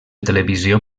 televisió